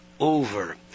Over